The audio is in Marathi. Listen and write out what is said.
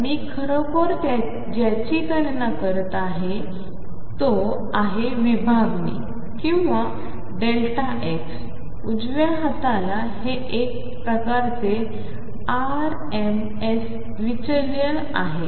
तर मी खरोखर ज्याची गणना करत आहे तो आहे विभागणी किंवा x उजव्या हाताला हे एक प्रकारचे आरएमएस विचलन आहे